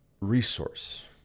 resource